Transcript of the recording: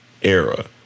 era